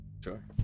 sure